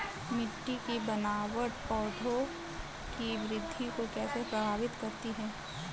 मिट्टी की बनावट पौधों की वृद्धि को कैसे प्रभावित करती है?